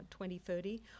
2030